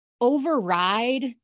override